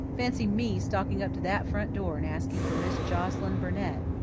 fancy me stalking up to that front door and asking for miss joscelyn burnett,